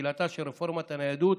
תחילתה של רפורמת הניידות